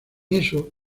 eso